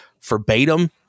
verbatim